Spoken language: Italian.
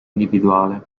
individuale